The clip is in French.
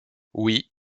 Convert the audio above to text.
oui